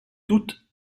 toute